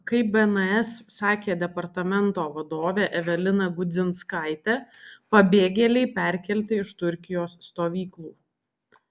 kaip bns sakė departamento vadovė evelina gudzinskaitė pabėgėliai perkelti iš turkijos stovyklų